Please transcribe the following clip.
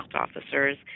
officers